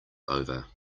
over